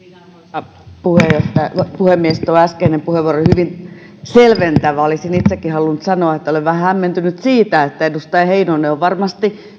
arvoisa puhemies tuo äskeinen puheenvuoro oli hyvin selventävä olisin itsekin halunnut sanoa että olen vähän hämmentynyt siitä että edustaja heinonen on varmasti